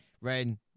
Ren